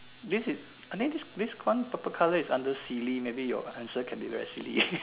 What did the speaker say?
this is I think this this one purple color is under silly maybe your answer can be very silly